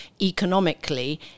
economically